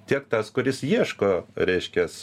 tiek tas kuris ieško reiškias